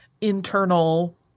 internal